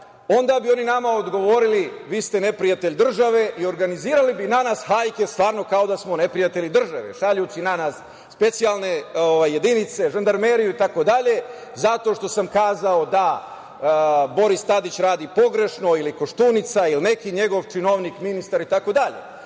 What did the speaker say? onda bi oni nama odgovorili - vi ste neprijatelj države i organizirali bi danas hajke stvarno, kao da smo neprijatelji države, šaljući na nas specijalne jedinice, žandarmeriju itd, zato što sam kazao da Boris Tadić radi pogrešno ili Koštunica ili neki njegov činovnik, ministar itd. Dakle,